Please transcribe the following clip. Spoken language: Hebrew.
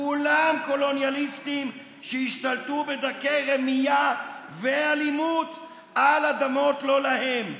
כולם קולוניאליסטים שהשתלטו בדרכי רמייה ואלימות על אדמות לא להם.